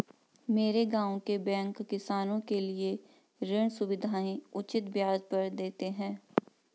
मेरे गांव के बैंक किसानों के लिए ऋण सुविधाएं उचित ब्याज पर देते हैं